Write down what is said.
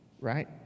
right